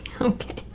Okay